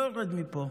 אני לא יורד מפה.